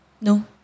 No